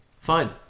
Fine